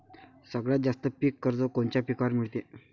सगळ्यात जास्त पीक कर्ज कोनच्या पिकावर मिळते?